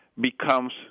becomes